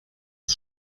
das